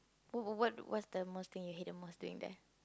what what what what's the most thing you hate the most doing there